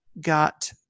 got